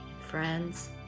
friends